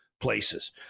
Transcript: places